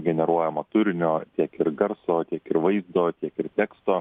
generuojamo turinio tiek ir garso tiek ir vaizdo tiek ir teksto